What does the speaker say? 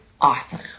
awesome